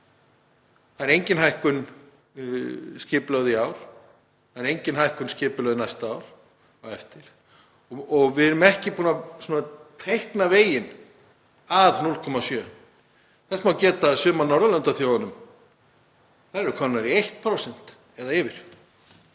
það er engin hækkun skipulögð í ár, engin hækkun skipulögð næsta ár á eftir og við erum ekki búin að teikna veginn að 0,7%. Þess má geta að sumar af Norðurlandaþjóðunum eru komnar í 1% eða yfir.